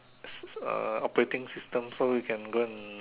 s~ operating system so you can go and